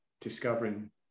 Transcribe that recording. discovering